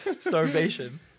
Starvation